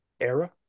era